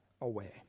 away